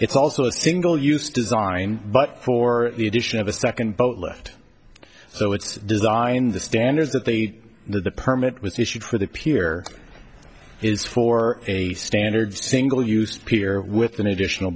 it's also a single use design but for the addition of a second boat lift so it's designed the standards that they are the permit was issued for the pier is for a standard single use pier with an additional